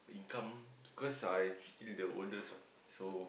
income cause I still the oldest what so